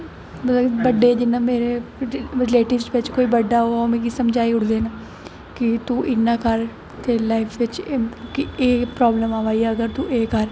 बड्डे जि'यां मेरे रिलेटिव बिच्च कोई बड्डा होऐ ओह् मिगी समझाई ओड़दे न कि तूं इ'यां कर तेरी लाईफ बिच्च एह् प्राब्लम आवा दी ऐ तूं एह् कर